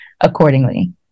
accordingly